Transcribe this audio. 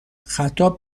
خطاب